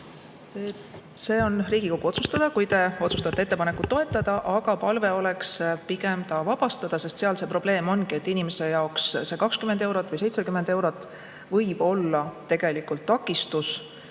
See on Riigikogu otsustada, kui te otsustate ettepanekut toetada. Aga palve oleks pigem inimene riigilõivust vabastada, sest probleem ongi, et inimese jaoks see 20 eurot või 70 eurot võib olla tegelikult takistus